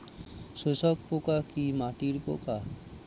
শোষক পোকা কি মাটির পোকা?